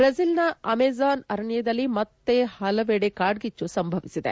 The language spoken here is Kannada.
ಬ್ರೆಜಿಲ್ನ ಅಮೆಜಾನ್ ಅರಣ್ಠದಲ್ಲಿ ಮತ್ತೆ ಪಲವು ಕಾರ್ಗಿಚ್ಚು ಸಂಭವಿಸಿದೆ